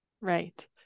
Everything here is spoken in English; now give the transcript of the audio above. right